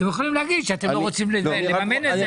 אתם יכולים להגיד שאתם לא רוצים לממן את זה,